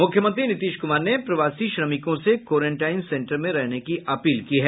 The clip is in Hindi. मुख्यमंत्री नीतीश कुमार ने प्रवासी श्रमिकों से कोरेंटाईन सेन्टर में रहने की अपील की है